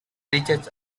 research